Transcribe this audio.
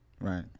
Right